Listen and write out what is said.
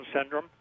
Syndrome